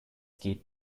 geht